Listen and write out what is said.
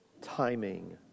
timing